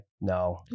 no